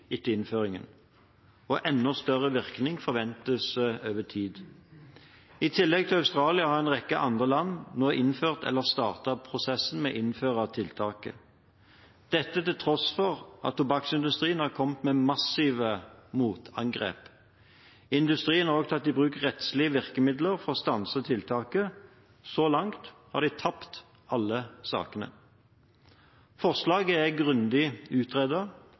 etter innføringen, og enda større virkning forventes over tid. I tillegg til Australia har en rekke andre land nå innført eller startet prosessen med å innføre tiltaket, dette til tross for at tobakksindustrien har kommet med massive motangrep. Industrien har også tatt i bruk rettslige virkemidler for å stanse tiltaket. Så langt har de tapt alle sakene. Forslaget er grundig